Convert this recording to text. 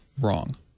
wrong